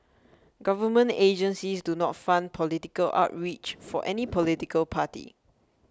government agencies do not fund political outreach for any political party